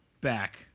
back